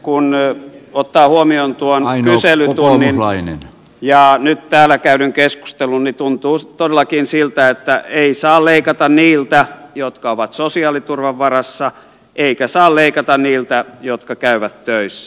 kun ottaa huomioon tuon kyselytunnin ja nyt täällä käydyn keskustelun niin tuntuu todellakin siltä että ei saa leikata niiltä jotka ovat sosiaaliturvan varassa eikä saa leikata niiltä jotka käyvät töissä